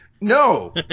No